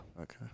Okay